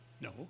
no